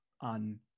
on